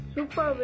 Super